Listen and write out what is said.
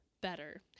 better